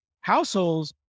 households